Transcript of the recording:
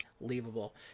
unbelievable